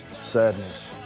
Sadness